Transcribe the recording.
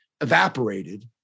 evaporated